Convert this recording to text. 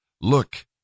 Look